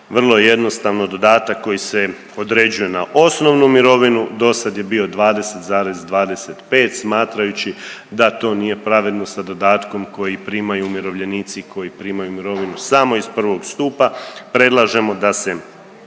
vrlo jednostavno dodatak koji se određuje na osnovnu mirovinu, dosad je bio 20,25 smatrajući da to nije pravedno sa dodatkom koji primaju umirovljenici koji primaju mirovinu samo iz I. stupa, predlažemo da se